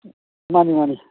ꯃꯥꯅꯤ ꯃꯥꯅꯤ